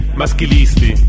maschilisti